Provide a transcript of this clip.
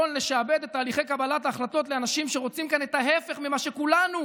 לשעבד את תהליכי קבלת ההחלטות לאנשים שרוצים כאן את ההפך ממה שכולנו,